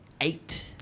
Eight